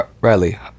Riley